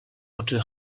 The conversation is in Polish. oczy